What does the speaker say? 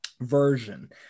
version